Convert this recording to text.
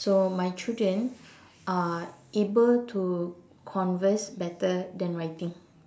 so my children are able to converse better than writing